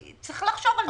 צריך לחשוב על זה.